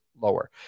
lower